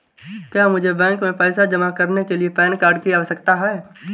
क्या मुझे बैंक में पैसा जमा करने के लिए पैन कार्ड की आवश्यकता है?